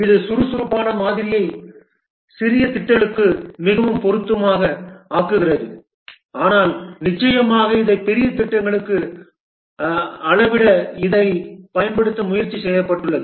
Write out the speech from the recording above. இது சுறுசுறுப்பான மாதிரியை சிறிய திட்டங்களுக்கு மிகவும் பொருத்தமாக ஆக்குகிறது ஆனால் நிச்சயமாக இதைப் பெரிய திட்டங்களுக்கு அளவிட இதைப் பயன்படுத்த முயற்சி செய்யப்பட்டுள்ளது